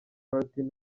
martin